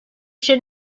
should